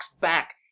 back